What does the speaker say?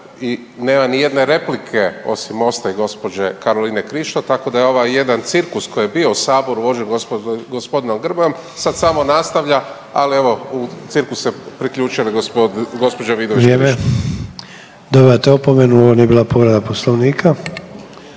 i nema nijedne replike osim Mosta i gospođe Karoline Krišto tako da je ovo jedan cirkus koji je bio u saboru vođen g. Grmojem sad samo nastavlja, ali evo u cirkus se pridružila gospođa Vidović Krišto. **Sanader, Ante (HDZ)** Vrijeme. Dobivate opomenu ovo nije bila povreda poslovnika.